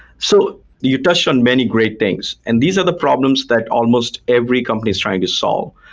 so you touched on many great things. and these are the problems that almost every company is trying to solve.